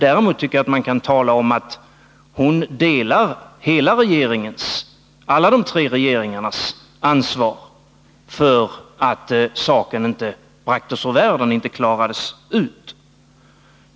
Däremot kan man tala om att hon delar alla de tre regeringarnas ansvar för att saken inte bragtes ur världen, inte klarades ut.